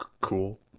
cool